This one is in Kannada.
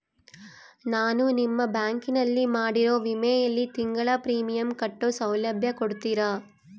ನಾನು ನಿಮ್ಮ ಬ್ಯಾಂಕಿನಲ್ಲಿ ಮಾಡಿರೋ ವಿಮೆಯಲ್ಲಿ ತಿಂಗಳ ಪ್ರೇಮಿಯಂ ಕಟ್ಟೋ ಸೌಲಭ್ಯ ಕೊಡ್ತೇರಾ?